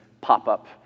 pop-up